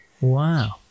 Wow